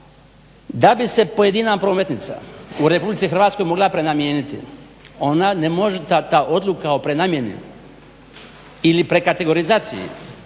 da bi se pojedina prometnica u Republici Hrvatskoj mogla prenamijeniti ona ne može, ta odluka o prenamjeni ili prekategorizaciji